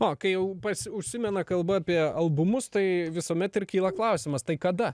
o kai jau pas užsimena kalba apie albumus tai visuomet ir kyla klausimas tai kada